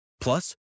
Plus